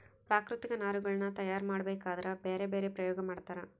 ಪ್ರಾಕೃತಿಕ ನಾರಿನಗುಳ್ನ ತಯಾರ ಮಾಡಬೇಕದ್ರಾ ಬ್ಯರೆ ಬ್ಯರೆ ಪ್ರಯೋಗ ಮಾಡ್ತರ